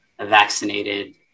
vaccinated